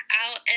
out